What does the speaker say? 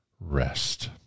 rest